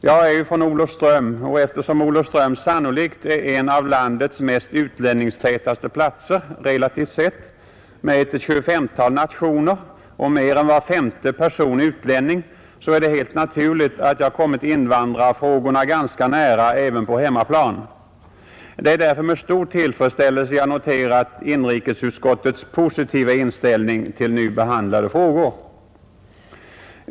Eftersom Olofström, min hemort, sannolikt är en av landets mest utlänningstäta platser, relativt sett, med ett 25-tal nationer och mer än var femte person utlänning, så är det helt naturligt att jag kommit invandrarfrågorna ganska nära även på hemmaplan. Det är därför med stor tillfredsställelse jag noterat inrikesutskottets positiva inställning till nu behandlade frågor.